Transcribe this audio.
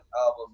album